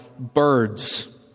Birds